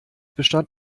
bestand